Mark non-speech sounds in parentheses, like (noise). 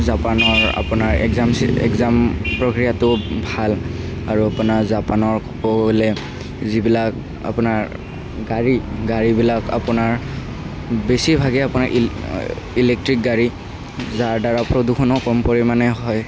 জাপানৰ আপোনাৰ exam (unintelligible) exam প্ৰক্ৰিয়াটো ভাল আৰু আপোনাৰ জাপানৰ ক'ব গ'লে যিবিলাক আপোনাৰ গাড়ী গাড়ীবিলাক আপোনাৰ বেছি ভাগেই আপোনাৰ ইল ইলেক্ট্ৰিক গাড়ী যাৰদ্বাৰা প্ৰদূষণো কম পৰিমাণে হয়